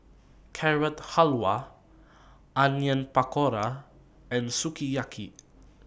Carrot Halwa Onion Pakora and Sukiyaki